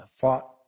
fought